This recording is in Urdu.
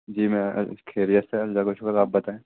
جی میں خیریت سے ہیں اللہ کا شکر ہے آپ بتائیں